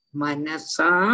manasa